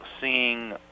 seeing